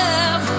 Love